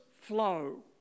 flow